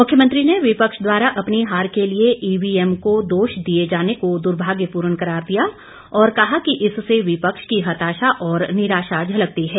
मुख्यमंत्री ने विपक्ष द्वारा अपनी हार के लिए ईवीएम को दोष दिए जाने को दुर्भाग्यपूर्ण करार दिया और कहा कि इससे विपक्ष की हताशा और निराशा झलकती है